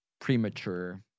Premature